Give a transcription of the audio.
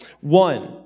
One